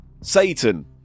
Satan